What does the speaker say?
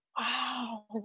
wow